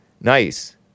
Nice